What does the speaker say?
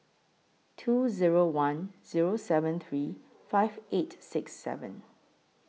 two Zero one Zero seven three five eight six seven